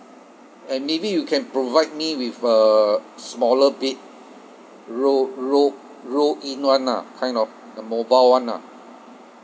and maybe you can provide me with a smaller bed roll roll roll in [one] ah kind of the mobile [one] ah